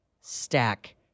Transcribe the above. stack